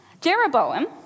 Jeroboam